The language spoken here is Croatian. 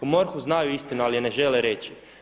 U MORH-u znaju istinu ali je ne žele reći.